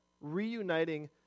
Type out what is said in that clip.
Reuniting